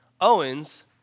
Owens